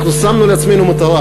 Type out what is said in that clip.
אנחנו שמנו לעצמנו מטרה,